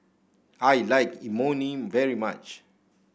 I like Imoni very much